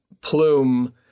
plume